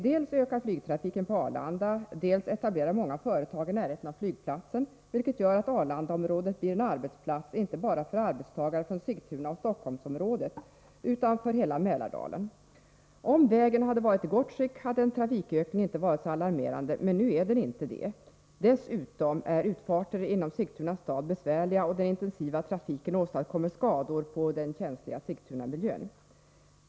Dels ökar flygtrafiken på Arlanda, dels etablerar sig många företag i närheten av flygplatsen, vilket gör att Arlandaområdet blir en arbetsplats inte bara för arbetstagare från Sigtuna och Stockholmsområdet utan för människor från hela Mälardalen. Om vägen hade varit i gott skick, hade en trafikökning inte varit så alarmerande, men nu är den inte i så gott skick. Dessutom är utfarter inom Sigtuna stad besvärliga, och den intensiva trafiken åstadkommer skador på den känsliga Sigtunamiljön.